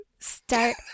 start